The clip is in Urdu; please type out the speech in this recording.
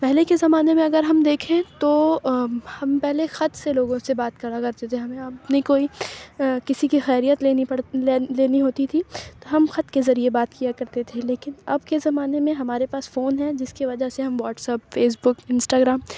پہلے کے زمانے میں اگر ہم دیکھیں تو ہم پہلے خط سے لوگوں سے بات کرا کرتے تھے ہمیں اپنی کوئی کسی کی خیریت لینی پڑ لینی ہوتی تھی تو ہم خط کے ذریعے بات کیا کرتے تھے لیکن اب کے زمانے میں ہمارے پاس فون ہے جس کی وجہ سے ہم WhatsApp Facebook Insta gram